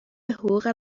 حقوق